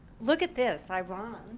look at this iran,